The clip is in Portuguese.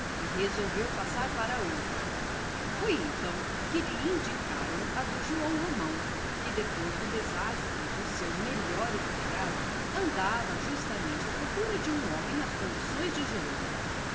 resolveu passar para outra foi então que lhe indicaram a do joão romão que depois do desastre do seu melhor empregado andava justamente à procura de um homem nas condições de jerônimo tomou